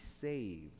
saved